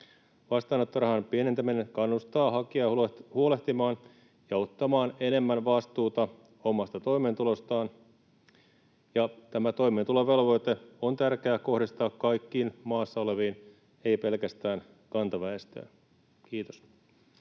Vastaanottorahan pienentäminen kannustaa hakijaa huolehtimaan ja ottamaan enemmän vastuuta omasta toimeentulostaan, ja tämä toimeentulovelvoite on tärkeää kohdistaa kaikkiin maassa oleviin, ei pelkästään kantaväestöön. — Kiitos.